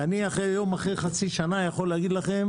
ואני אחרי יום, אחרי חצי שנה, יכול להגיד לכם